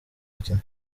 gukina